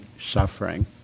suffering